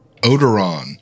Odoron